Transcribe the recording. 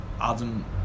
Adam